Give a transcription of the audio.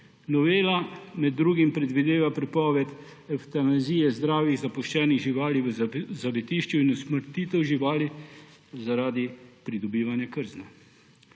Novela med drugim predvideva prepoved evtanazije zdravih zapuščenih živali v zavetiščih in usmrtitev živali zaradi pridobivanja krzna.